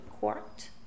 court